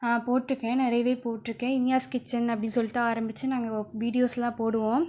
ஆம் போட்டிருக்கேன் நிறையவே போட்டிருக்கேன் இனியாஸ் கிச்சன் அப்படின்னு சொல்லிட்டு ஆரம்மிச்சு நாங்கள் விடீயோஸ்லாம் போடுவோம்